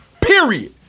Period